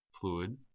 fluid